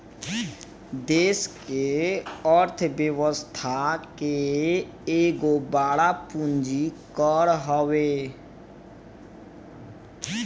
देस के अर्थ व्यवस्था के एगो बड़ पूंजी कर हवे